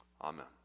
Amen